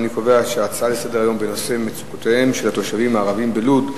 אני קובע שההצעה לסדר-היום בנושא מצוקותיהם של התושבים הערבים בלוד,